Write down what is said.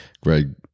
Greg